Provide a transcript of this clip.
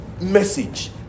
message